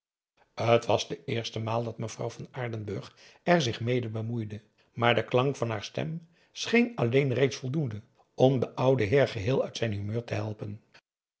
t was de eerste maal dat mevrouw van aardenburg er zich mede bemoeide maar de klank van haar stem scheen alleen reeds voldoende om den ouden heer geheel uit zijn humeur te helpen